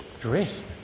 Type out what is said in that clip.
dressed